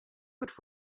but